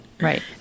Right